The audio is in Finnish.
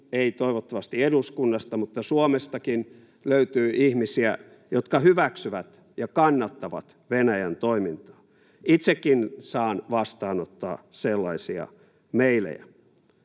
ei toivottavasti eduskunnasta mutta Suomestakin — löytyy ihmisiä, jotka hyväksyvät ja kannattavat Venäjän toimintaa. Itsekin saan vastaanottaa sellaisia meilejä.